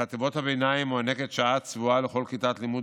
בחטיבות הביניים מוענקת שעה צבועה לכל כיתת לימוד